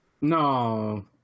No